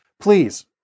Please